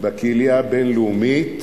בקהילייה הבין-לאומית,